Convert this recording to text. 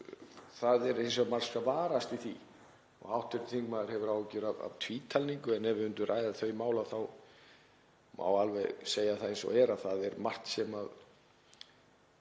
Það er hins vegar margt að varast í því. Hv. þingmaður hefur áhyggjur af tvítalningu. Ef við myndum ræða þau mál þá má alveg segja það eins og er að það er margt sem